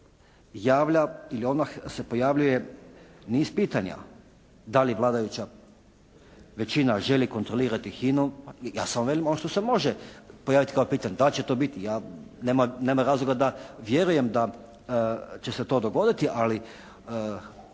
se pojavljuje niz pitanja, da li vladajuća većina želi kontrolirati HINA-u i ja samo velim ono što se može pojaviti kao pitanje, da li će to biti, ja nema razloga da vjerujem da će se to dogoditi, ali